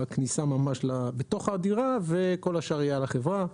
בכניסה ממש לתוך הדירה וכל השאר יהיה על החברה.